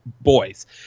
boys